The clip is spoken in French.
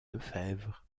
lefebvre